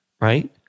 right